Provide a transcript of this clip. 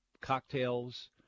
cocktails